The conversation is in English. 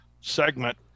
segment